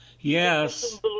Yes